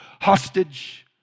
hostage